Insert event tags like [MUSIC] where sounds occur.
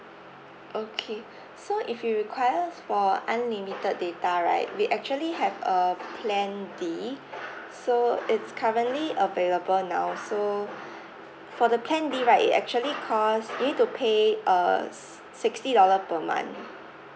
okay so if you requires for unlimited data right we actually have uh plan D so it's currently available now so [BREATH] for the plan D right it actually cost you need to pay uh s~ sixty dollar per month